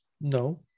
No